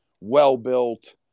well-built